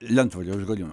lentvario už gariūnų